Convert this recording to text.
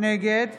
נגד